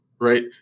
right